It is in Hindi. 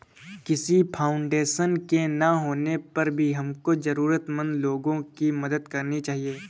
किसी फाउंडेशन के ना होने पर भी हमको जरूरतमंद लोगो की मदद करनी चाहिए